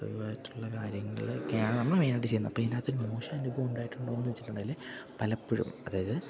കാര്യങ്ങളൊക്കെയാണ് നമ്മള് മെയിനായിട്ട് ചെയ്യുന്നത് അപ്പോള് ഇതിനകത്ത് മോശം അനുഭവമുണ്ടായിട്ടുണ്ടോയെന്ന് ചോദിച്ചിട്ടുണ്ടെങ്കില് പലപ്പോഴും അതായത്